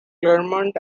clermont